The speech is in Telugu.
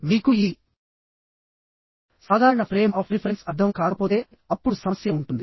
మీకు ఈ సాధారణ ఫ్రేమ్ ఆఫ్ రిఫరెన్స్ అర్థం కాకపోతేఅప్పుడు సమస్య ఉంటుంది